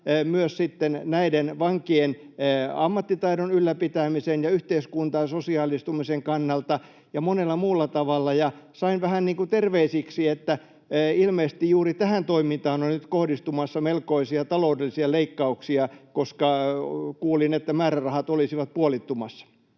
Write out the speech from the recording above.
vankien ammattitaidon ylläpitämisen ja yhteiskuntaan sosiaalistumisen kannalta ja monella muulla tavalla, ja sain vähän terveisiksi, että ilmeisesti juuri tähän toimintaan on nyt kohdistumassa melkoisia taloudellisia leikkauksia, koska kuulin, että määrärahat olisivat puolittumassa.